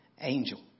angel